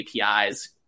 APIs